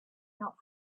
not